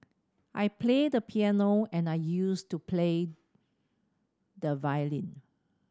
I play the piano and I used to play the violin